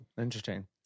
Interesting